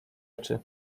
oczy